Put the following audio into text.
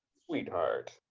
sweetheart,